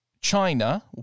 China